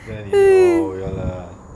then if you oh ya lah